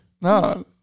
No